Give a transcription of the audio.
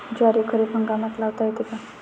ज्वारी खरीप हंगामात लावता येते का?